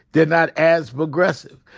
they're not as progressive.